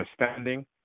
understanding